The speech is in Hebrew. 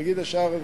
תגיד ישר,